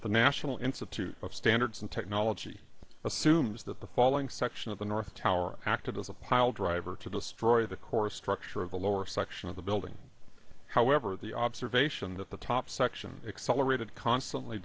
the national institute of standards and technology assumes that the following section of the north tower acted as a pile driver to destroy the core structure of the lower section of the building however the observation that the top section accelerated constantly